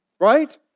Right